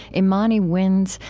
imani winds,